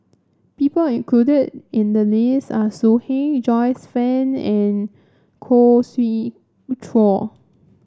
people included in the list are So Heng Joyce Fan and Khoo Swee Chiow